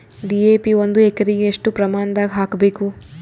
DAP ಒಂದು ಎಕರಿಗ ಎಷ್ಟ ಪ್ರಮಾಣದಾಗ ಹಾಕಬೇಕು?